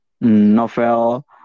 Novel